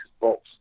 box